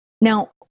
now